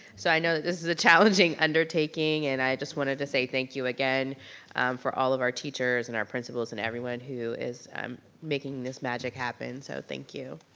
so i know that this is a challenging undertaking and i just wanted to say thank you again for all of our teachers and our principals and everyone who is making this magic happen so thank you.